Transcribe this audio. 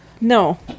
No